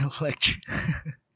Electric